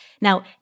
Now